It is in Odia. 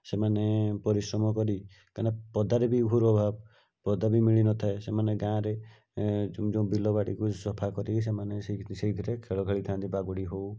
ସେମାନେ ପରିଶ୍ରମ କରି କାହିଁକିନା ପଦାର ବି ଘୋର ଅଭାବ ପଦାବି ମିଳିନଥାଏ ସେମାନେ ଗାଁରେ ଯେଉଁ ବିଲବାଡ଼ିକୁ ସଫାକରି ସେମାନେ ସେଇଥିରେ ଖେଳ ଖେଳିଥାନ୍ତି ବାଗୁଡ଼ି ହେଉ